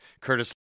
Curtis